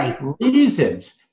reasons